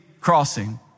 crossing